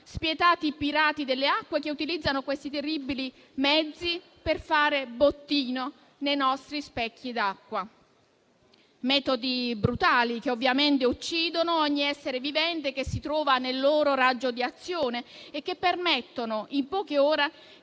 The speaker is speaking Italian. Spietati pirati delle acque utilizzano questi terribili mezzi per fare bottino nei nostri specchi d'acqua. Si utilizzano metodi brutali che ovviamente uccidono ogni essere vivente che si trova nel loro raggio di azione e che permettono, in poche ore,